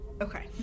Okay